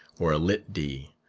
or a litt d,